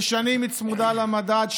ושנים היא צמודה למדד,